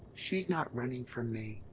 she's not running from me.